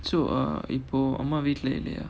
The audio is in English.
so uh இப்போ அம்மா வீட்ல இல்லையா:ippo amma veetla illaiyaa